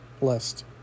list